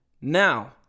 Now